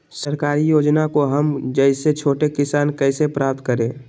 सरकारी योजना को हम जैसे छोटे किसान कैसे प्राप्त करें?